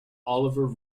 oliver